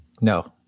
No